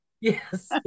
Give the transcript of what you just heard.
Yes